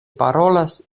parolas